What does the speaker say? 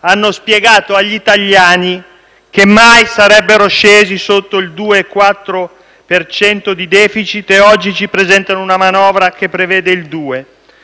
Hanno spiegato agli italiani che mai sarebbero scesi sotto il 2,4 per cento di *deficit* e oggi ci presentano una manovra che prevede il 2.